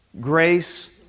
grace